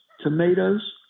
tomatoes